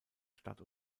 stadt